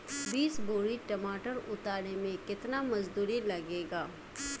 बीस बोरी टमाटर उतारे मे केतना मजदुरी लगेगा?